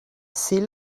c’est